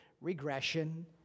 regression